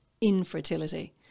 infertility